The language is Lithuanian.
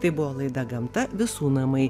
tai buvo laida gamta visų namai